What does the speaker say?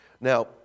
Now